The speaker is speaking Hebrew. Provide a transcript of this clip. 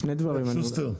שוסטר?